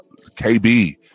KB